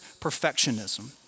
perfectionism